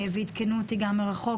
ועדכנו אותי גם מרחוק,